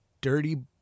dirty